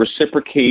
reciprocate